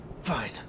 fine